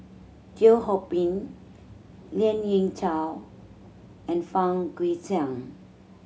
Teo Ho Pin Lien Ying Chow and Fang Guixiang